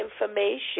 information